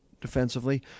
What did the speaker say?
defensively